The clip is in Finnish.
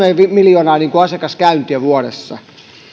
miljoonaa asiakaskäyntiä vuodessa